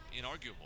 inarguable